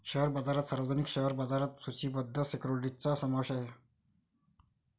share बाजारात सार्वजनिक share बाजारात सूचीबद्ध सिक्युरिटीजचा समावेश आहे